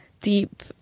deep